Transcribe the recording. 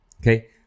Okay